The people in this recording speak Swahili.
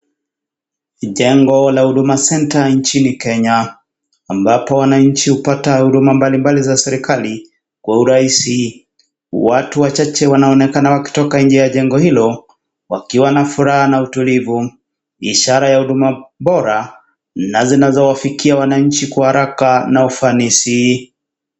Jengo la Huduma center nchini Kenya ambapo wananchi hupata huduma mbalimbali za serikali Kwa urahisi. Watu wachache wanaoonekana wakitoka nje ya jengo hilo wakiwa na furaha na utulivu , ishara ya Huduma bora na zinazowafikia wananchi Kwa haraka na ufanizi.